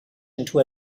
into